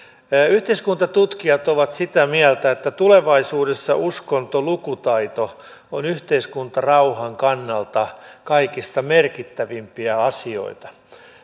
yhteiskuntatutkijat ovat sitä mieltä että tulevaisuudessa uskontolukutaito on yhteiskuntarauhan kannalta kaikista merkittävimpiä asioita